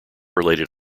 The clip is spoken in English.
related